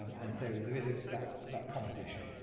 um and so there is that that competition.